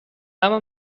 اما